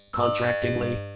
contractingly